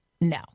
No